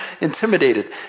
intimidated